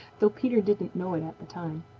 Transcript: though peter didn't know it at the time.